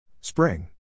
Spring